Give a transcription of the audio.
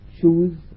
choose